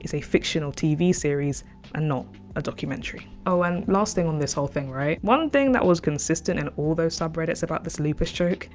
is a fictional tv series and not a documentary. oh and last thing on this whole thing, right? one thing that was consistent in all those subreddits about this lupus joke